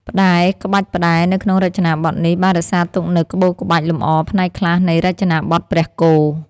ផ្តែរ ក្បាច់ផ្តែរនៅក្នុងរចនាបថនេះ បានរក្សាទុកនូវក្បូរក្បាច់លម្អផ្នែកខ្លះនៃ រចនាបថព្រះគោ។